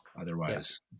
Otherwise